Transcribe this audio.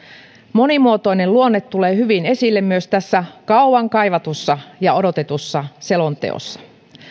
monimuotoinen luonne tulee hyvin esille myös tässä kauan kaivatussa ja odotetussa selonteossa